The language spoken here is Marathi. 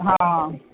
हां